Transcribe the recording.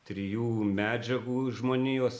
trijų medžiagų žmonijos